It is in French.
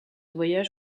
voyage